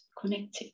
connected